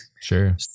Sure